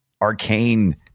arcane